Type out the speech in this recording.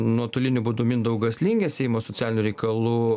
nuotoliniu būdu mindaugas lingė seimo socialinių reikalų